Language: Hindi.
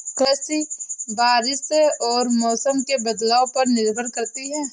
कृषि बारिश और मौसम के बदलाव पर निर्भर करती है